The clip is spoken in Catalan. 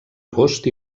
agost